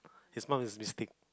his mum is Mystique